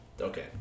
Okay